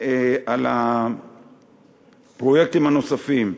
על הפרויקטים הנוספים.